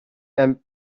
and